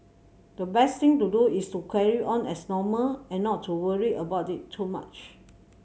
the best thing to do is to carry on as normal and not to worry about it too much